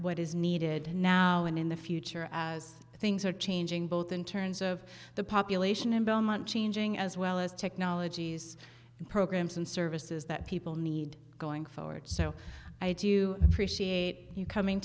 what is needed now and in the future as things are changing both in terms of the population in belmont changing as well as technologies and programs and services that people need going forward so i do appreciate you coming